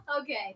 Okay